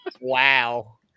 Wow